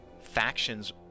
factions